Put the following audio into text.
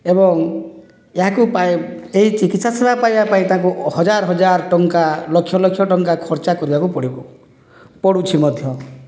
ଏବଂ ଏହାକୁ ପାଇ ଏହି ଚିକିତ୍ସା ସେବା ପାଇବା ପାଇଁ ତାକୁ ହଜାର ହଜାର ଟଙ୍କା ଲକ୍ଷ ଲକ୍ଷ ଟଙ୍କା ଖର୍ଚ୍ଚ କରିବାକୁ ପଡ଼ିବ ପଡ଼ୁଛି ମଧ୍ୟ